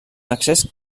accés